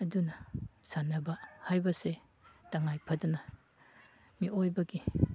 ꯑꯗꯨꯅ ꯁꯥꯟꯅꯕ ꯍꯥꯏꯕꯁꯦ ꯇꯉꯥꯏ ꯐꯗꯅ ꯃꯤꯑꯣꯏꯕꯒꯤ